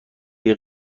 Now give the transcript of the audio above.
دیگه